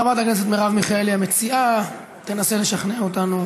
חברת הכנסת מרב מיכאלי, המציעה, תנסה לשכנע אותנו